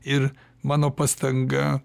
ir mano pastanga